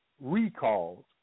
recalls